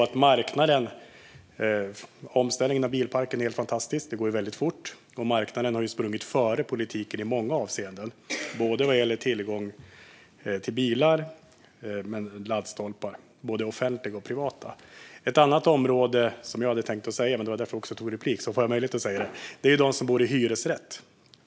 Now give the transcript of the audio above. Omställningen av bilparken är helt fantastisk; det går väldigt fort. Marknaden har ju sprungit före politiken i många avseenden, både vad gäller tillgång till bilar och vad gäller laddstolpar, offentliga såväl som privata. Det handlar också om dem som bor i hyresrätt.